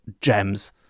gems